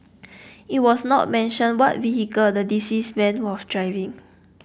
it was not mentioned what vehicle the deceased man was driving